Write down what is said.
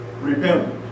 repent